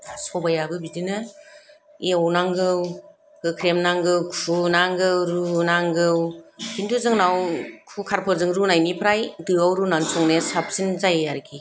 सबायाबो बिदिनो एवनांगौ होख्रेमनांगौ सुनांगौ रुनांगौ किन्तु जोंनाव खुखारफोरजों रुनायनिफ्राय दोआव रुनानै संनाया साबसिन जायो आरोखि